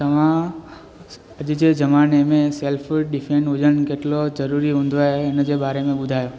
तव्हां अॼु जे ज़माने में सैल्फ डिफैन हुजणु केतिरो ज़रूरी हूंदो आहे हिन जे बारे में ॿुधायो